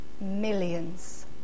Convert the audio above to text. millions